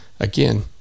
Again